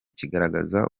kigaragaza